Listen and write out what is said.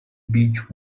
beech